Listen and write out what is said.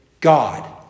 God